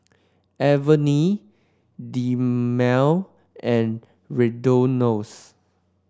Avene Dermale and Redoxon